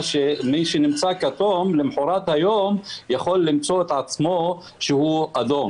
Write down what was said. שמי שנמצא כתום למחרת היום יכול למצוא את עצמו אדום,